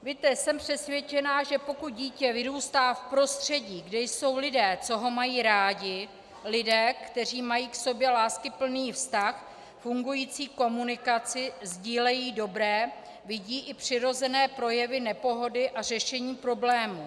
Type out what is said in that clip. Víte, jsem přesvědčena, že pokud dítě vyrůstá v prostředí, kde jsou lidé, co ho mají rádi, lidé, kteří mají k sobě láskyplný vztah, fungující komunikaci, sdílejí dobré, vidí i přirozené projevy nepohody a řešení problémů.